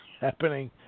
happening